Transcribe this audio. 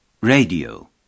Radio